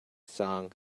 song